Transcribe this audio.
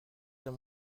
dans